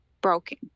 broken